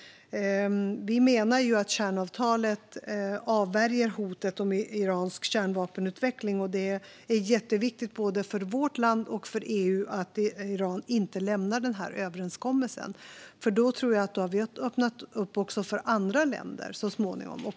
Vi menar att kärnavtalet avvärjer hotet om iransk kärnvapenutveckling. Det är jätteviktigt både för vårt land och för EU att Iran inte lämnar den överenskommelsen. Då tror jag att vi har öppnat upp även för andra länder så småningom.